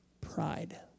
pride